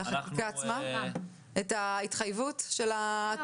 לא נכניס לחקיקה את ההתחייבות של ההטבות?